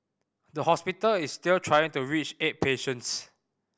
the hospital is still trying to reach eight patients